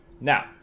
now